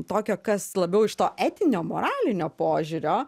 tokio kas labiau iš to etinio moralinio požiūrio